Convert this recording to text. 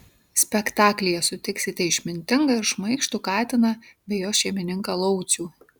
spektaklyje sutiksite išmintingą ir šmaikštų katiną bei jo šeimininką laucių